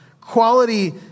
quality